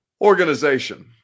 organization